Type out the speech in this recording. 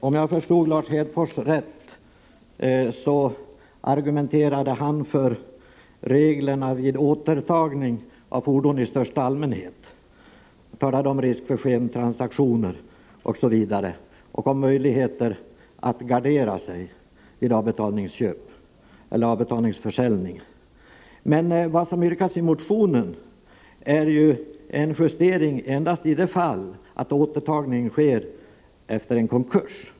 Om jag förstod Lars Hedfors rätt, argumenterade han för reglerna vid återtagning av fordon i största allmänhet och talade om risk för skentransaktioner och om möjligheter att gardera sig vid avbetalningsförsäljning. Vad som yrkas i motionen är ju en justering endast i de fall där återtagning sker efter en konkurs.